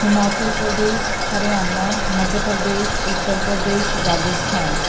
Himachal Pradesh Haryana Madhya Pradesh Uttar Pradesh Rajasthan